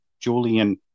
Julian